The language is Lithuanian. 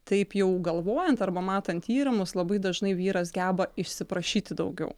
taip jau galvojant arba matant tyrimus labai dažnai vyras geba išsiprašyti daugiau